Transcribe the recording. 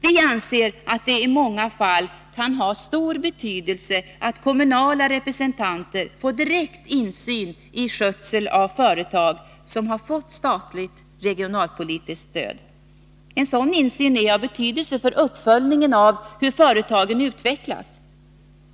Vi anser att det i många fall kan ha stor betydelse att kommunala representanter får direkt insyn i skötseln av företag som har fått statligt regionalpolitiskt stöd. En sådan insyn är av betydelse för uppföljningen av hur företagen utvecklas.